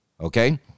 Okay